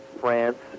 France